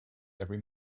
every